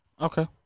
Okay